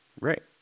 Right